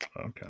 okay